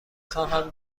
خواهم